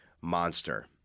monster